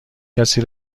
کسی